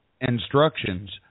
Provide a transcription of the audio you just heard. instructions